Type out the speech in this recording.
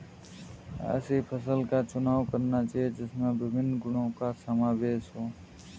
ऐसी फसल का चुनाव करना चाहिए जिसमें विभिन्न गुणों का समावेश हो